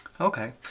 Okay